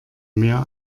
mehr